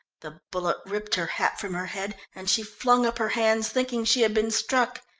the bullet ripped her hat from her head, and she flung up her hands, thinking she had been struck.